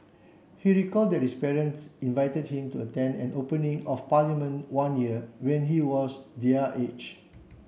he recalled that his parents invited him to attend an opening of Parliament one year when he was their age